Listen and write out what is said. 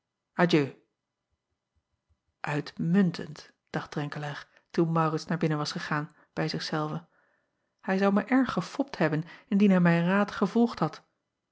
itmuntend dacht renkelaer toen aurits naar binnen was gegaan bij zich zelven hij zou mij erg gefopt hebben indien hij mijn raad gevolgd had